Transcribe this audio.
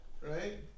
Right